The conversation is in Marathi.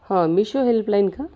हां मिशो हेल्पलाईन का